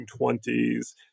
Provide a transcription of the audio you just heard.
1920s